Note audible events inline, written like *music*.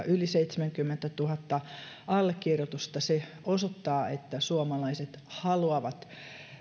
*unintelligible* yli seitsemänkymmentätuhatta allekirjoitusta se osoittaa että suomalaiset haluavat